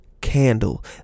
Candle